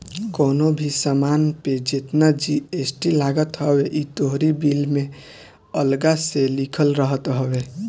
कवनो भी सामान पे जेतना जी.एस.टी लागत हवे इ तोहरी बिल में अलगा से लिखल रहत हवे